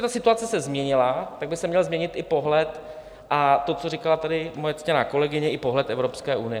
Prostě situace se změnila, tak by se měl změnit i pohled to, co říkala tady moje ctěná kolegyně, i pohled Evropské unie.